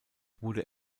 wurde